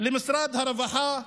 למשרד הרווחה,